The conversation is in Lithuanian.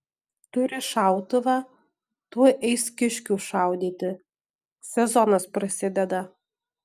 turi šautuvą tuoj eis kiškių šaudyti sezonas prasideda